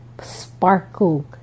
sparkle